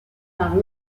par